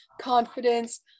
confidence